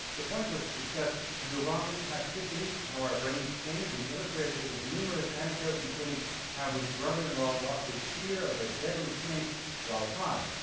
the point was to discuss neuronal plasticity, how our brains change, and he illustrated it with numerous anecdotes including how his brother-in-law lost his fear of a deadly snake while high.